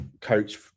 coach